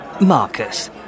Marcus